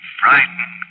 frightened